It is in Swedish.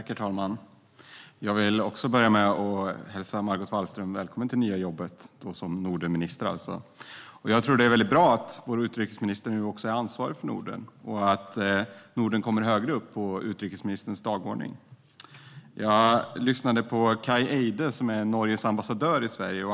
Herr talman! Jag vill börja med att välkomna Margot Wallström till det nya jobbet som Nordenminister. Jag tror att det är väldigt bra att vår utrikesminister nu också är ansvarig för Norden. Norden kommer då högre upp på utrikesministerns dagordning. Jag lyssnade på Kai Eide som är Norges ambassadör i Sverige.